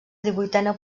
divuitena